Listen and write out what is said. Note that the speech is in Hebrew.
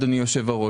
אדוני היושב-ראש.